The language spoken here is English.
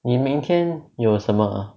你明天有什么